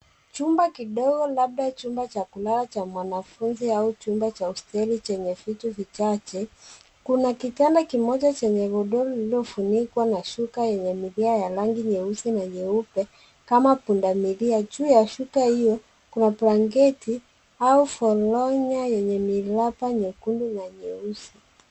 Chumba kidogo labda chumba cha kulala cha mwanafunzi au chumba cha hosteli chenye vitu vichache. Kuna kitanda kimoja chenye godoro lililofunikwa na shuka yenye milia ya rangi nyeusi na nyeupe kama pundamilia. Juu ya shuka hiyo, kuna blanketi au foronya yenye miraba nyekundu na nyeusi.